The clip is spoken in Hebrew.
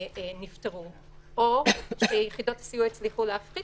נפתרו; או שיחידות הסיוע הצליחו להפחית